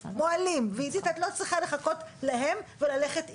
עידית, את לא צריכה לחכות להם וללכת איתם,